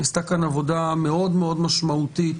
נעשתה כאן עבודה מאוד מאוד משמעותית